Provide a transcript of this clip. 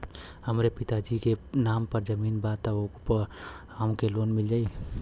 हमरे पिता जी के नाम पर जमीन बा त ओपर हमके लोन मिल जाई?